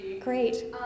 Great